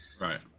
Right